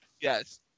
Yes